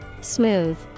Smooth